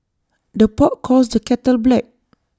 the pot calls the kettle black